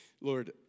Lord